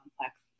complex